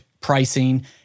pricing